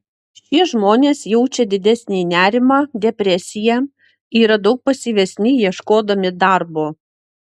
šie žmonės jaučia didesnį nerimą depresiją yra daug pasyvesni ieškodami darbo